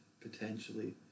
potentially